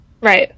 right